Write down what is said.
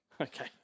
Okay